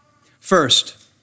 First